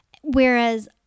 Whereas